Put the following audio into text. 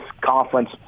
conference